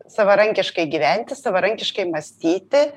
savarankiškai gyventi savarankiškai mąstyti